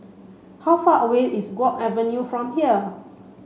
how far away is Guok Avenue from here